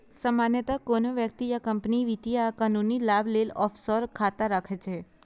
सामान्यतः कोनो व्यक्ति या कंपनी वित्तीय आ कानूनी लाभ लेल ऑफसोर खाता राखै छै